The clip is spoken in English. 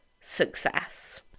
success